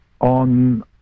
on